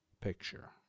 picture